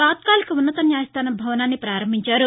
తాత్కాలిక ఉన్నత న్యాయస్థానం భవనాన్ని ప్రారంభించారు